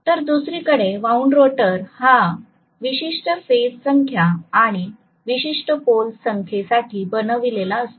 तर दुसरीकडे wound rotor हा विशिष्ट फेज संख्या आणि विशिष्ट पोल संख्ये साठी बनविलेला असतो